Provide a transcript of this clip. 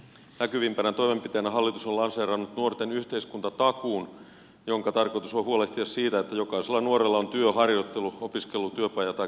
näkyvimpänä toimenpiteenä hallitus on lanseerannut nuorten yhteiskuntatakuun jonka tarkoitus on huolehtia siitä että jokaisella nuorella on työ harjoittelu opiskelu työpaja tai kuntoutuspaikka